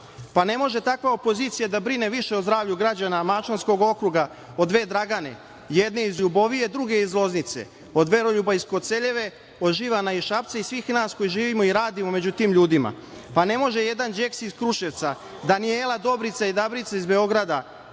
može takva opozicija da brine više o zdravlju građana Mačvanskog okruga od dve Dragane, jedne iz Ljubovije, druge iz Loznice, od Veroljuba iz Koceljeve, od Živana iz Šapca i svih nas koji živimo i radimo među tim ljudima. Pa, ne može jedan Žeks iz Kruševca, Danijela, Dobrica iz Beograda,